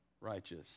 righteous